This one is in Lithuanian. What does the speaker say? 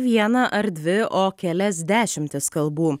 vieną ar dvi o kelias dešimtis kalbų